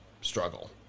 struggle